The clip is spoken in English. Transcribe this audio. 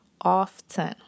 often